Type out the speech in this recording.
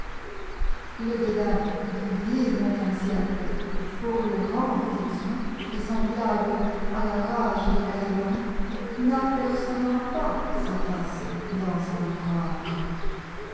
le dédain du xix siècle pour le romantisme est semblable à la rage de caliban n apercevant pas sa face dans un miroir